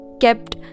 kept